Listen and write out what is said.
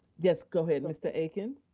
yes, go ahead, mr. aiken.